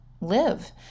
live